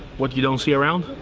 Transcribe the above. what you don't see around?